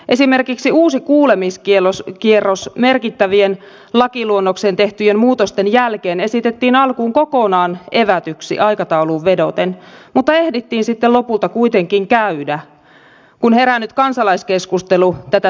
esimerkiksi uusi kuulemiskierros merkittävien lakiluonnokseen tehtyjen muutosten jälkeen esitettiin alkuun kokonaan evätyksi aikatauluun vedoten mutta ehdittiin sitten lopulta kuitenkin käydä kun herännyt kansalaiskeskustelu tätä sinnikkäästi vaati